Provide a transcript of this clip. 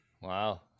Wow